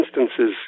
instances